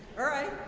alright.